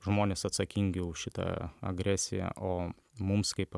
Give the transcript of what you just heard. žmonės atsakingi už šitą agresiją o mums kaip